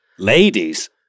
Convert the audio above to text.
Ladies